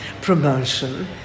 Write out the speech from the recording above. promotion